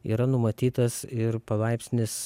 yra numatytas ir palaipsnis